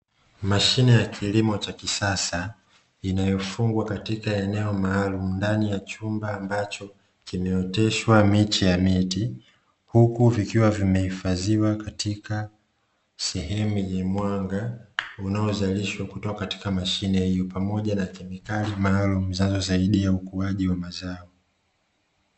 Mashine ya kilimo cha kisasa inayofungwa katika eneo maalumu ndani ya chumba ambacho kimeoteshwa miche ya miti, huku vikiwa vimehifadhiwa katika sehemu yenye mwanga unaozalishwa kutoka katika mashine hiyo, pamoja na kemikali maalumu zinazosaidi ukuaji wa mazao.